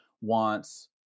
wants